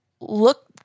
look